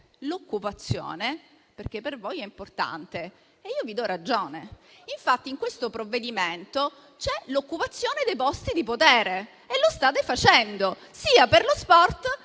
l'occupazione. Per voi è importante e io vi do ragione. Infatti in questo provvedimento c'è l'occupazione dei posti di potere e lo state facendo sia per lo sport